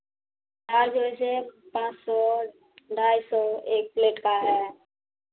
हाँ जैसे पाँच सौ ढाई सौ एक प्लेट का है